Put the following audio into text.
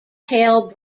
hell